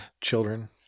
children